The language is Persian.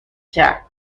کرد